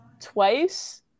twice